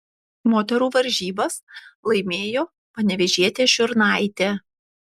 moterų varžybas laimėjo panevėžietė šiurnaitė